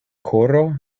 koro